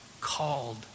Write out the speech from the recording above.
called